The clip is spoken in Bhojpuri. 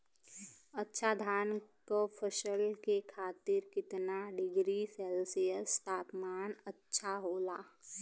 अच्छा धान क फसल के खातीर कितना डिग्री सेल्सीयस तापमान अच्छा होला?